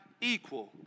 equal